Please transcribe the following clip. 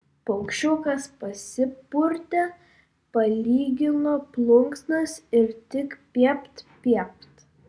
paukščiukas pasipurtė palygino plunksnas ir tik piept piept